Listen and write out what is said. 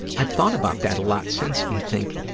i've thought about that a lot since and think,